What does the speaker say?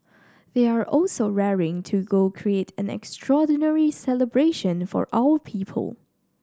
they are also raring to go create an extraordinary celebration for our people